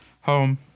home